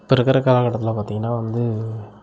இப்போ இருக்கிற காலகட்டத்தில் பார்த்தீங்கன்னா வந்து